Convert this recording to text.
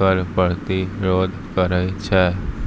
कर प्रतिरोध करै छै